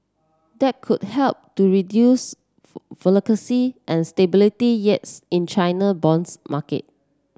that could help to reduce and stability yields in China bonds market